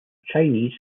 chinese